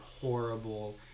horrible